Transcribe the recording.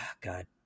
god